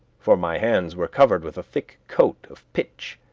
for my hands were covered with a thick coat of pitch.